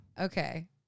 Okay